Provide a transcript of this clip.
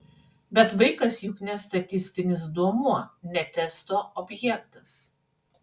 bet vaikas juk ne statistinis duomuo ne testo objektas